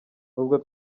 nubwo